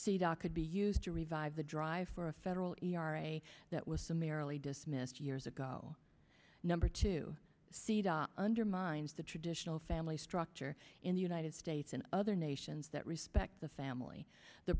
say the could be used to revive the drive for a federal e r a that was summarily dismissed years ago number two seed undermines the traditional family structure in the united states and other nations that respect the family the